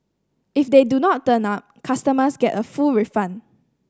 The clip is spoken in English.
if they do not turn up customers get a full refund